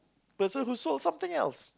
person who sold something else